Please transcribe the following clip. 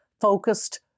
focused